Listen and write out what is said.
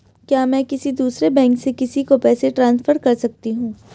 क्या मैं किसी दूसरे बैंक से किसी को पैसे ट्रांसफर कर सकती हूँ?